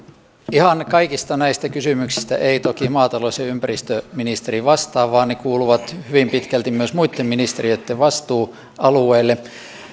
ihan kaikista näistä kysymyksistä ei toki maatalous ja ympäristöministeri vastaa vaan ne kuuluvat hyvin pitkälti myös muitten ministeriöitten vastuualueelle